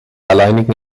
alleinigen